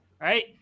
right